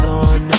on